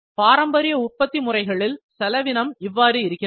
பாரம்பரிய உற்பத்தி முறைகளில் செலவினம் இவ்வாறு இருக்கிறது